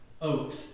Oaks